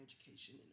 education